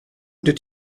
did